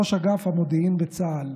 ראש אגף המודיעין בצה"ל.